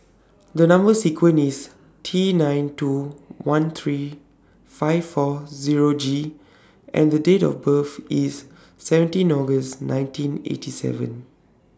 The Number sequence IS T nine two one three five four Zero G and The Date of birth IS seventeen August nineteen eighty seven